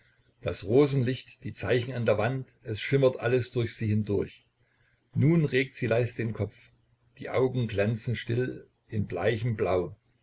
das rosenlicht die zeichen an der wand es schimmert alles durch sie hindurch nun regt sie leis den kopf die augen glänzen still in bleichem blau